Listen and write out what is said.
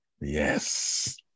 Yes